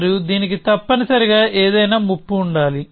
మరియు దీనికి తప్పనిసరిగా ఏదైనా ముప్పు ఉండాలి